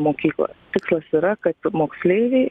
mokyklą tikslas yra kad moksleiviai